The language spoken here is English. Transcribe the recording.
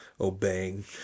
obeying